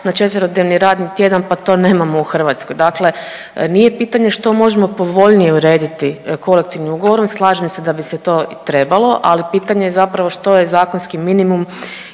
na četverodnevni radni tjedan pa to nemao u Hrvatskoj. Dakle, nije pitanje što možemo povoljnije urediti kolektivnim ugovorom, slažem se da bi se to trebalo, ali pitanje je zapravo što je zakonski minimum